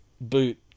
boot